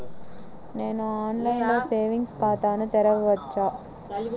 నేను ఆన్లైన్లో సేవింగ్స్ ఖాతాను తెరవవచ్చా?